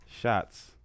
shots